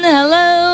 Hello